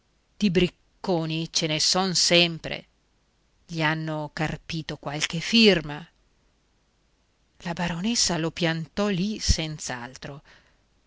di bricconi ce ne son sempre gli hanno carpito qualche firma la baronessa lo piantò lì